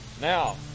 Now